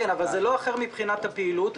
אבל זה לא שונה מבחינת הפעילות.